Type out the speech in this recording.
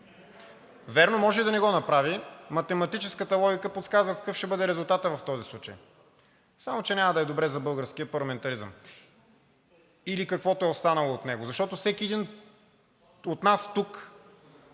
Вярно, може да не го направи – математическата логика подсказва какъв ще бъде резултатът в този случай, само че няма да е добре за българския парламентаризъм или каквото е останало от него, защото всеки един от нас тук